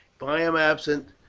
if i am absent,